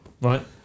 Right